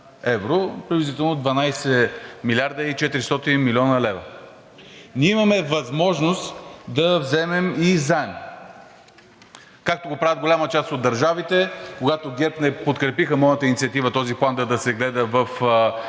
евро – приблизително 12 млрд. и 400 млн. лв. Ние имаме възможност да вземем и заем, както го прави голяма част от държавите. Когато ГЕРБ не подкрепиха моята инициатива този план да се гледа в